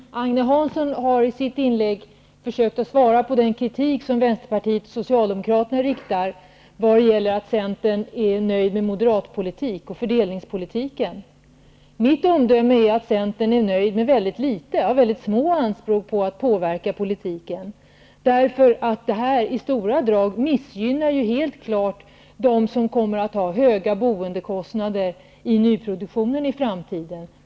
Fru talman! Agne Hansson försökte i sitt inlägg att svara på den kritik som Vänsterpartiet och Socialdemokraterna har riktat om att Centern skulle vara nöjd med den moderata politiken och fördelningspolitiken. Mitt omdöme är att Centern nöjer sig med litet och har små anspråk på att påverka politiken. I stora drag missgynnar ju detta helt klart de som kommer att få höga boendekostnader i nyproduktionen i framtiden.